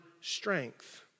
strength